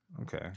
Okay